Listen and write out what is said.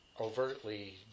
overtly